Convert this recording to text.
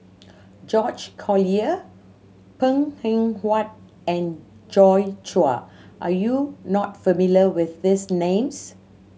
George Collyer Png Eng Huat and Joi Chua are you not familiar with these names